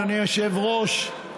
אדוני היושב-ראש.